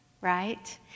Right